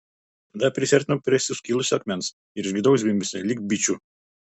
tada prisiartinau prie suskilusio akmens ir išgirdau zvimbesį lyg bičių